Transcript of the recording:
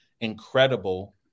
incredible